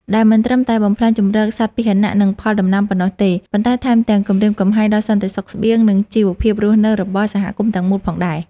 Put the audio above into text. ដែលមិនត្រឹមតែបំផ្លាញជម្រកសត្វពាហនៈ និងផលដំណាំប៉ុណ្ណោះទេ ប៉ុន្តែថែមទាំងគំរាមកំហែងដល់សន្តិសុខស្បៀង និងជីវភាពរស់នៅរបស់សហគមន៍ទាំងមូលផងដែរ។